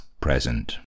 present